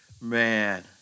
man